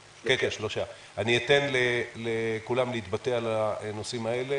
אני אתן לכולם להתבטא על הנושאים האלה